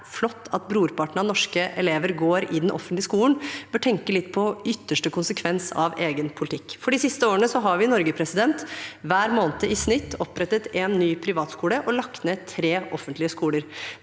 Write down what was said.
flott at brorparten av norske elever går i den offentlige skolen, bør tenke litt på ytterste konsekvens av egen politikk. De siste årene har vi i Norge hver måned, i snitt, opprettet én ny privatskole og lagt ned tre offentlige skoler.